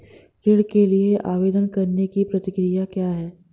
ऋण के लिए आवेदन करने की प्रक्रिया क्या है?